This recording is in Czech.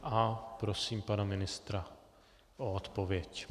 A prosím pana ministra o odpověď.